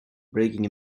breaking